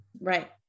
right